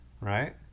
Right